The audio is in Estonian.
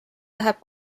läheb